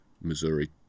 Missouri